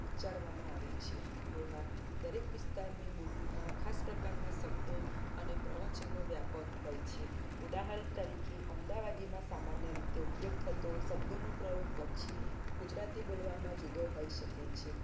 ઉચ્ચારવામાં આવે છે લોહા દરેક વિસ્તારની બોલીમાં ખાસ પ્રકારના શબ્દો અને પ્રવચનો વ્યાપક હોય છે ઉદાહરણ તરીકે અમદાવાદીમાં સામાન્ય ઉપયોગ થતો શબ્દોનો પ્રયોગ કચ્છી ગુજરાતી બોલવામાં જુદો હોય શકે છે